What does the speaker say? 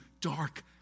dark